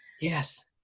yes